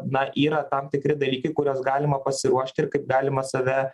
na yra tam tikri dalykai kuriuos galima pasiruošti ir kaip galima save